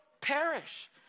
perish